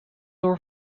door